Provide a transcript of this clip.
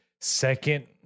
second